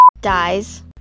dies